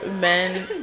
men